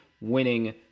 winning